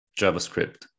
JavaScript